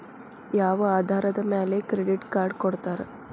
ಯಾವ ಆಧಾರದ ಮ್ಯಾಲೆ ಕ್ರೆಡಿಟ್ ಕಾರ್ಡ್ ಕೊಡ್ತಾರ?